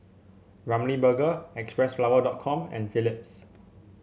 Ramly Burger Xpressflower dot com and Philips